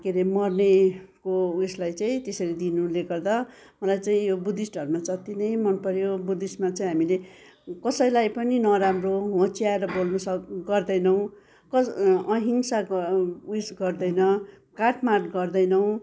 के रे मर्नेको उयेसलाई चाहिँ त्यसरी दिनुले गर्दा मलाई चाहिँ यो बुद्धिस्ट धर्म अति नै मनपऱ्यो बुद्धिस्टमा चाहिँ हामीले कसैलाई पनि नराम्रो होच्चाएर बोल्नु सक गर्दैनौँ अहिंसाको उयेस गर्दैन काट मार गर्दैनौँ